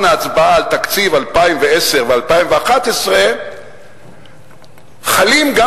ההצבעה על תקציב 2009 ו-2010 חלים גם